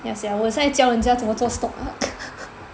ya sia 我很像在教人家怎样做 stock